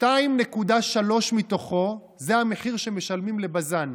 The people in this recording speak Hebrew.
2.3 מתוכו זה המחיר שמשלמים לבז"ן,